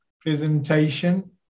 presentation